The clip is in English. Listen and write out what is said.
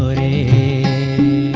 a